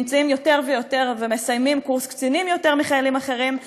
נמצאים יותר ויותר ומסיימים קורס קצינים יותר מחיילים אחרים.